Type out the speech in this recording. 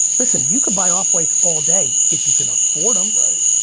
listen, you can buy off whites all day if you can afford em.